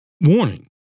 Warning